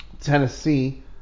Tennessee